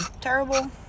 terrible